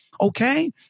Okay